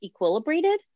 equilibrated